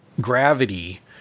gravity